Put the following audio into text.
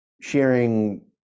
sharing